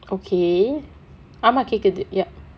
okay ஆமா கேக்குது:aamaa kekkuthu ya